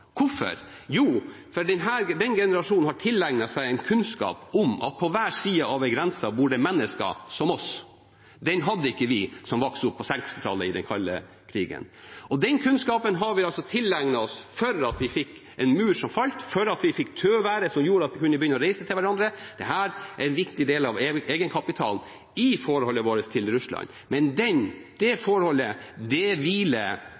Hvorfor? Jo, fordi den generasjonen har tilegnet seg en kunnskap om at på hver side av en grense bor det mennesker som oss. Den hadde ikke vi som vokste opp på 1960-tallet under den kalde krigen. Den kunnskapen har vi altså tilegnet oss fordi vi fikk en mur som falt, fordi vi fikk tøværet som gjorde at vi kunne begynne å reise til hverandre. Dette er en viktig del av egenkapitalen i forholdet vårt til Russland. Men det forholdet hviler